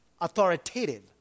authoritative